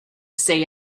say